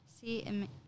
See